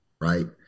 right